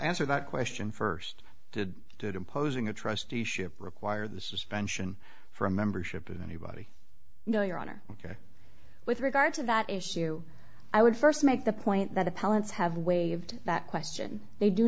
answer that question first did that imposing a trusteeship require the suspension from membership of anybody no your honor ok with regard to that issue i would first make the point that the pilots have waived that question they do